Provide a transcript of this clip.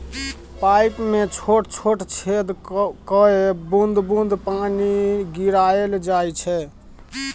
pipe मे छोट छोट छेद कए बुंद बुंद पानि गिराएल जाइ छै